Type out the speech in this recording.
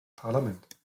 parlament